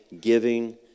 giving